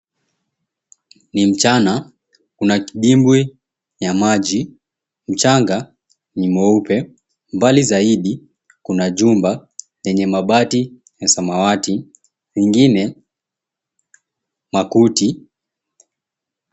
Ni mchana, kuna kidibwi ya maji, mchanga ni mweupe mbali zaidi kuna jumba lenye mabati ya samawati, lingine makuti.